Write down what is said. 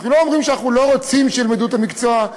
ואנחנו לא אומרים שאנחנו לא רוצים שילמדו את המקצוע.